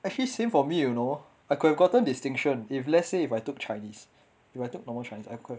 actually same for me you know I could have gotten distinction if let's say if I took chinese if I took normal chinese I could have